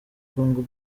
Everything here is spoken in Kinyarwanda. congo